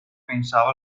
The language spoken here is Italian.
pensava